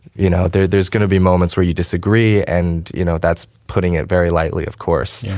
you know, there there's gonna be moments where you disagree. and, you know, that's putting it very lightly, of course.